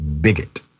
bigot